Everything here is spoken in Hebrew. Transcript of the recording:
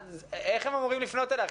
איך הם אמורים לפנות אליך?